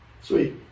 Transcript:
Sweet